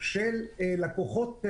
של לקוחות ישראיר.